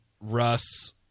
Russ